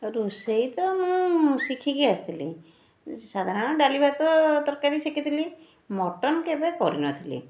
ରୋଷେଇ ତ ମୁଁ ଶିଖିକି ଆସିଥିଲି ସାଧାରଣ ଡାଲି ଭାତ ତରକାରୀ ଶିଖିଥିଲି ମଟନ୍ କେବେ କରିନଥିଲି